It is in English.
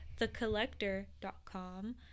TheCollector.com